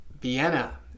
Vienna